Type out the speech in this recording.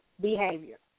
behavior